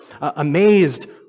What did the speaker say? amazed